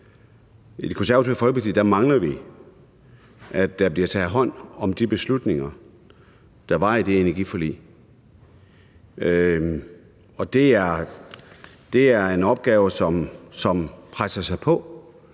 I Det Konservative Folkeparti mangler vi, at der bliver taget hånd om de beslutninger, der var i det energiforlig, og det er en opgave, som presser sig på,